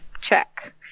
check